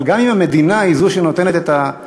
אבל גם אם המדינה היא זו שנותנת את ההכרה,